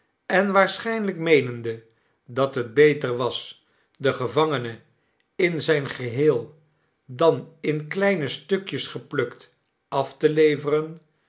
en waarschijnlijk meenende dat het beter was den gevangene in zijn geheel dan in kleine stukjes geplukt af te leveren